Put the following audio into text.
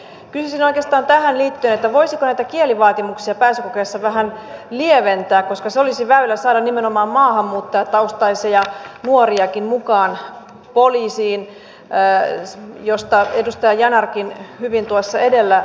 kysyisin oikeastaan tähän liittyen voisiko näitä kielivaatimuksia pääsykokeissa vähän lieventää koska se olisi väylä saada nimenomaan maahanmuuttajataustaisiakin nuoria mukaan poliisiin mistä edustaja yanarkin hyvin tuossa edellä puhui